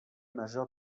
majeur